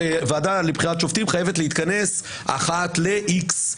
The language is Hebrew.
שהוועדה לבחירת שופטים חייבת להתכנס אחת ל-X.